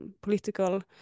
political